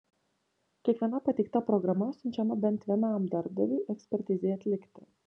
kiekviena pateikta programa siunčiama bent vienam darbdaviui ekspertizei atlikti